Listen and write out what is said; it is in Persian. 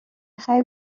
خوای